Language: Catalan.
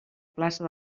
plaça